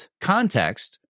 context